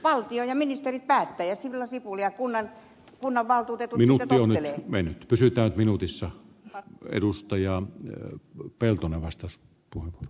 valtio ja ministerit päättäjät ripulia kunnan kunnanvaltuutetuille on päättävät ja sillä sipuli ja kunnanvaltuutetut sitten tottelevat